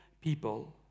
people